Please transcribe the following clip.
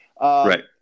Right